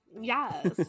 Yes